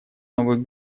новых